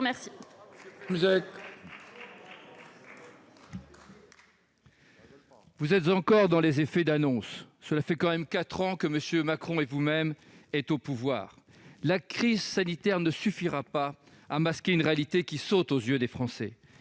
vous êtes encore dans les effets d'annonce. Je n'ai rien annoncé ! Cela fait tout de même quatre ans que M. Macron et vous-même êtes au pouvoir. La crise sanitaire ne suffira pas à masquer une réalité qui saute aux yeux des Français.